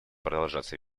продолжаться